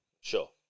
Sure